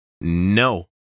No